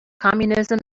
communism